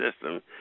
system